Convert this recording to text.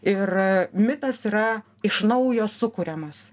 ir mitas yra iš naujo sukuriamas